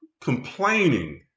complaining